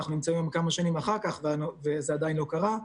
אנחנו נמצאים כמה שנים אחר כך וזה עדיין לא קרה.